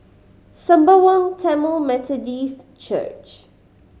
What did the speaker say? Sembawang Tamil Methodist Church